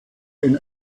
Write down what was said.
ein